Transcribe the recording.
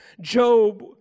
Job